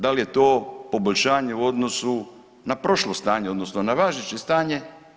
Da li je to poboljšanje u odnosu na prošlo stanje odnosno na važeće stanje?